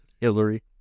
Hillary